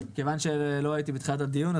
כיוון שלא הייתי בתחילת הדיון,